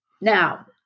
Now